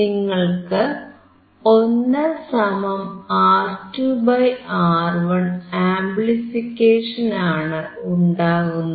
നിങ്ങൾക്ക് 1R2R1 ആംപ്ലിഫിക്കേഷനാണ് ഉണ്ടാകുന്നത്